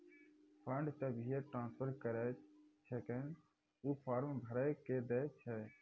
fund तभिये transfer करऽ जेखन ऊ फॉर्म भरऽ के दै छै